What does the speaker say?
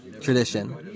tradition